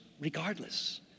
regardless